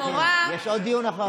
יש עוד דיון אחר כך.